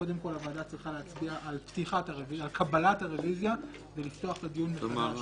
קודם כל הוועדה צריכה להצביע על קבלת הרביזיה ולפתוח מחדש את הדיון.